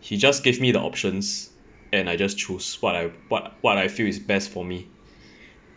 he just gave me the options and I just choose what I what what I feel is best for me